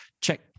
check